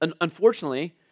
Unfortunately